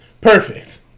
Perfect